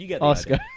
oscar